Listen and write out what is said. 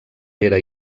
era